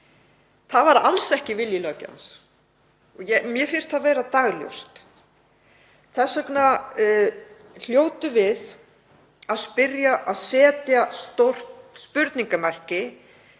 Það var alls ekki vilji löggjafans, mér finnst það vera dagljóst. Þess vegna hljótum við að setja stórt spurningarmerki